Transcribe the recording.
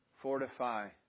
Fortify